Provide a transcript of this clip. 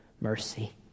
mercy